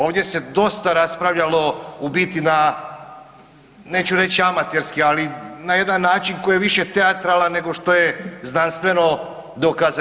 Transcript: Ovdje se dosta raspravljalo u biti na, neću reći amaterski, ali na jedan način koji je više teatralan nego što je znanstveno dokazan.